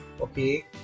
okay